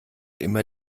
immer